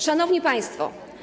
Szanowni Państwo!